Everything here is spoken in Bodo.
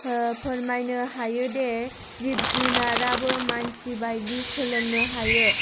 फोरमायनो हायोदि जिब जुनाराबो मानसि बायदि सोलोंनो हायो